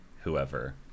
whoever